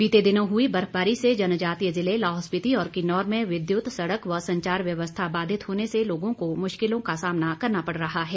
बीते दिनों हई बर्फवारी से जनजातीय जिले लाहौल स्पीति और किन्नौर में विद्यत सड़क व संचार व्यवस्था बाधित होने से लोगों को मुश्किलों का सामना करना पड़ रहा है